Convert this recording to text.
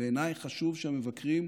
בעיניי חשובים המבקרים,